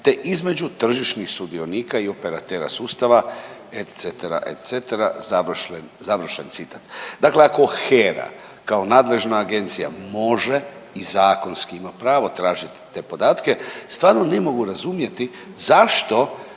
te između tržišnih sudionika i operatera sustava“ et cetera, et cetera završen citat. Dakle, ako HERA kao nadležna agencija može i zakonski ima pravo tražiti te podatke stvarno ne mogu razumjeti zašto